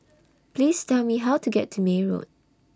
Please Tell Me How to get to May Road